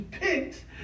picked